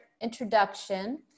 introduction